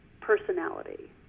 personality